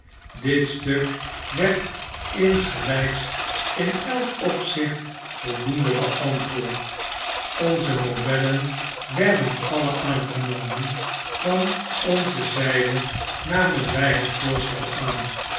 dit stuk werd insgelyks in elk opzicht voldoende beantwoord gnze modellen werden alle aangenomen van onze zyde namen wy het voorstel aan